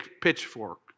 pitchfork